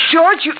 George